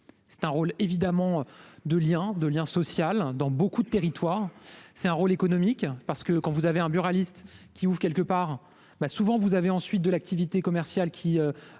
c'est un rôle évidemment de l'Iran de lien social dans beaucoup de territoires c'est un rôle économique parce que quand vous avez un buraliste qui ouvrent quelque part ben souvent vous avez ensuite de l'activité commerciale qui